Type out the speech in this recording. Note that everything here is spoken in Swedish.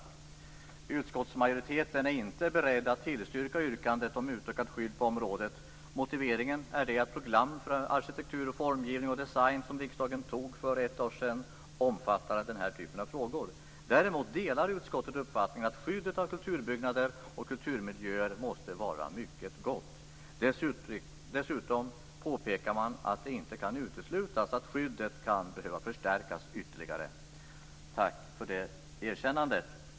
Utskottsmajoriteten är inte beredd att tillstyrka yrkandet om utökat skydd på området. Motiveringen är att det program för arkitektur, formgivning och design som riksdagen antog för ett år sedan omfattar den här typen av frågor. Däremot delar utskottet uppfattningen att skyddet av kulturbyggnader och kulturmiljöer måste vara mycket gott. Dessutom påpekar man att det inte kan uteslutas att skyddet kan behöva förstärkas ytterligare. Tack för det erkännandet!